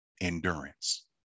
endurance